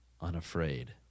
unafraid